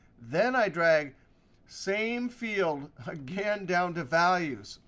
then i drag same field again down to values.